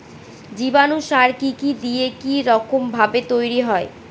জীবাণু সার কি কি দিয়ে কি রকম ভাবে তৈরি হয়?